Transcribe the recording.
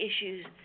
issues